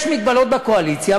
יש מגבלות בקואליציה,